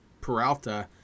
Peralta